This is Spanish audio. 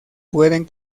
pueden